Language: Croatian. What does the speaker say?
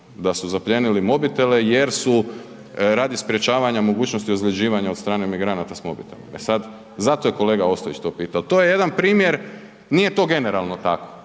da su zaplijenili mobitele jer su radi sprječavanja mogućnosti ozljeđivanja od strane migranata s mobitelom. E sad, zato je kolega Ostojić to pitao. To je jedan primjer, nije to generalno tako